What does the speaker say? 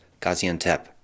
Gaziantep